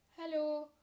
Hello